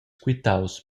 quitaus